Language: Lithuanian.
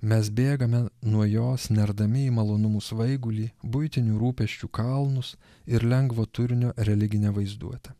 mes bėgame nuo jos nerdami į malonumų svaigulį buitinių rūpesčių kalnus ir lengvo turinio religinę vaizduotę